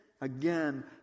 Again